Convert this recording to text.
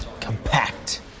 compact